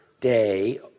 Day